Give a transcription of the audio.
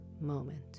moment